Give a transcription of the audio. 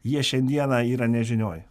jie šiandieną yra nežinioj